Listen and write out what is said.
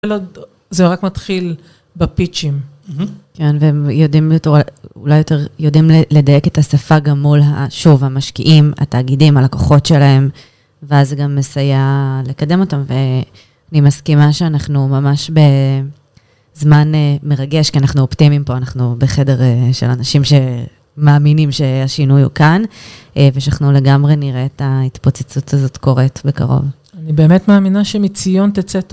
זה רק מתחיל בפיצ'ים. כן, והם יודעים, אולי יותר, יודעים לדייק את השפה גם מול, שוב, המשקיעים, התאגידים, הלקוחות שלהם, ואז זה גם מסייע לקדם אותם, ואני מסכימה שאנחנו ממש בזמן מרגש, כי אנחנו אופטימיים פה, אנחנו בחדר של אנשים שמאמינים שהשינוי הוא כאן, ושאנחנו לגמרי נראה את ההתפוצצות הזאת קורת בקרוב. אני באמת מאמינה שמציון תצא,